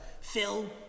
Phil